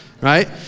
right